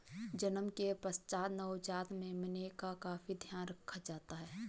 जन्म के पश्चात नवजात मेमने का काफी ध्यान रखा जाता है